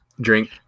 Drink